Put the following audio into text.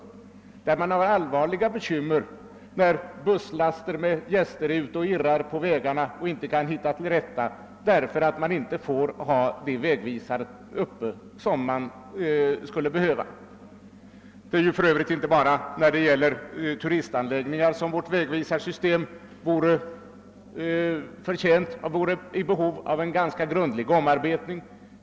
Turisthotellen har allvarliga bekymmer t.ex. när busslaster med turister är ute och irrar på vägarna och inte kan hitta rätt, därför att man inte får ha de vägvisare man skulle behöva. Det är för övrigt inte bara när det gäller turistanläggningarna som vårt vägvisarsystem vore i behov av en ganska grundlig omarbetning.